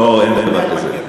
לא, אין דבר כזה.